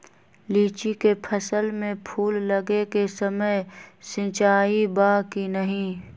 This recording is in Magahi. लीची के फसल में फूल लगे के समय सिंचाई बा कि नही?